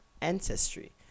ancestry